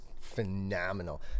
phenomenal